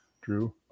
Drew